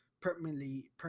permanently